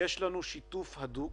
"יש לנו שיתוף הדוק",